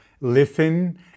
Listen